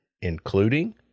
including